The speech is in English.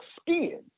skin